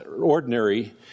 ordinary